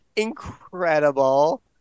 incredible